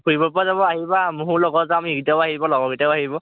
ফুৰিব পৰা যাব আহিবা ময়ো লগত যাম আমি এইকেইটাও আহিব লগৰকেইটাও আহিব